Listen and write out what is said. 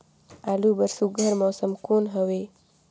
आलू बर सुघ्घर मौसम कौन हवे?